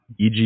eg